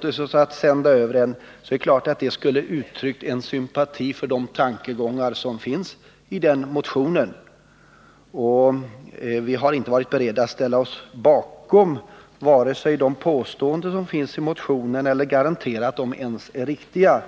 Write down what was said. Skulle riksdagen sända över motionen till kommittén, så är det klart att det skulle vara ett uttryck för sympati för de tankegångar som finns i motionen, och vi har inte varit beredda vare sig att ställa oss bakom de påståenden som görs i motionen eller ens garantera att de är riktiga.